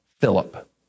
Philip